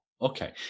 okay